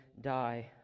die